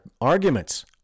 arguments